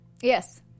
Yes